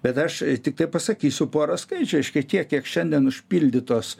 bet aš tiktai pasakysiu porą skaičių tiek kiek šiandien užpildytos